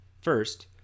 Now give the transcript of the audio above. First